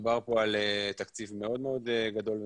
מדובר פה על תקציב גדול מאוד-מאוד ומשמעותי,